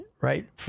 right